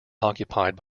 occupied